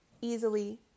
easily